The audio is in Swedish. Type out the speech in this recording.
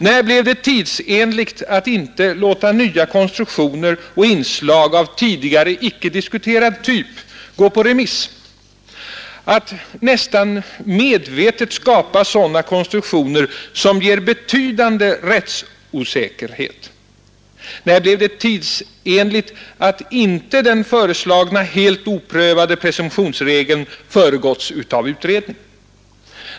När blev det tidsenligt att inte låta nya konstruktioner och inslag av tidigare icke diskuterad typ gå på remiss eller att nästan medvetet skapa sådana konstruktioner som ger betydande rättsosäkerhet? När blev det tidsenligt att inte den föreslagna helt oprövade presumtionsregeln föregåtts av utredning?